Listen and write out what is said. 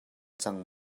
cang